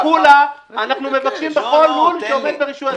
וכולה אנחנו מבקשים בכל לול שעומד ברישוי עסקים.